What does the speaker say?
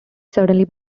suddenly